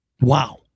Wow